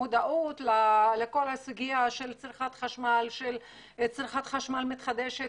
המודעות לצריכת חשמל וצריכת חשמל מתחדשת